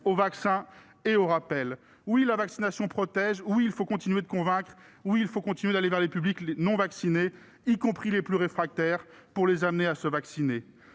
au vaccin et aux rappels. Oui, la vaccination protège. Oui, il faut continuer de convaincre et d'aller vers les publics non vaccinés, y compris les plus réfractaires, pour les amener à se vacciner.